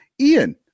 Ian